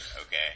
okay